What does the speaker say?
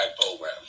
program